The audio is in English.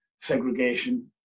segregation